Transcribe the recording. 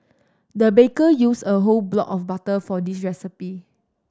the baker used a whole block of butter for this recipe